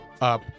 up